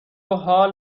حال